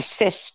assist